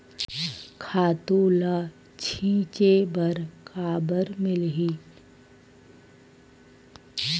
खातु ल छिंचे बर काबर मिलही?